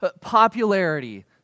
popularity